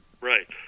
right